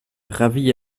ravi